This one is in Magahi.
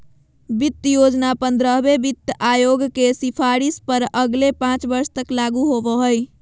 वित्त योजना पंद्रहवें वित्त आयोग के सिफारिश पर अगले पाँच वर्ष तक लागू होबो हइ